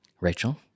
Rachel